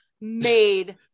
made